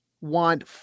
want